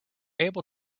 able